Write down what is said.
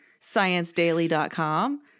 ScienceDaily.com